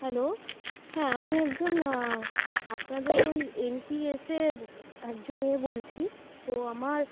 hello হ্যাঁ আমি একজন আপনাদের ওই এন পি এসের একজন ইয়ে বলছি তো আমার